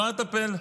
לא אטפל.